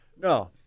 No